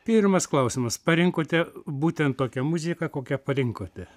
pirmas klausimas parinkote būtent tokią muziką kokią parinkote